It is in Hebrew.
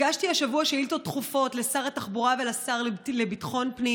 הגשתי השבוע שאילתות דחופות לשר התחבורה ולשר לביטחון הפנים